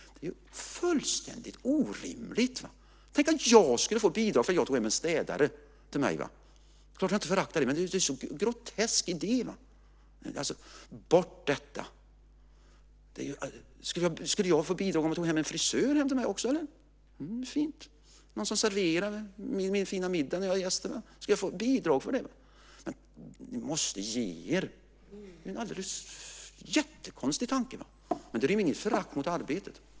Det andra är fullständigt orimligt. Tänk att jag skulle få bidrag för att jag tar hem en städare till mig! Det är klart att jag inte föraktar det, men det är en grotesk idé! Bort det! Skulle jag få bidrag om jag tog hem en frisör också? Fint. Någon som serverade min fina middag när jag har gäster? Skulle jag få bidrag för det? Ni måste ge er! Det är en alldeles jättekonstig tanke. Detta rymmer inget förakt mot arbetet.